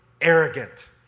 arrogant